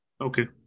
Okay